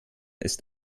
ist